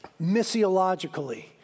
missiologically